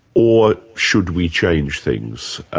or should we change things?